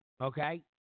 okay